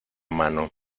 mano